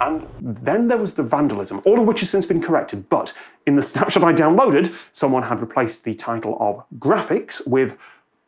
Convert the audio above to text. um then, there was the vandalism. all of which has since been corrected, but in the snapshot i downloaded, someone had replaced the title of graphics with